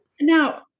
now